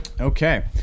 Okay